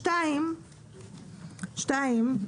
שניים,